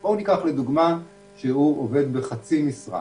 ניקח כדוגמה עובד שעובד בחצי במשרה.